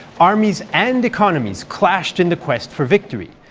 armies and economies clashed in the quest for victory,